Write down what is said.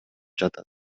жатат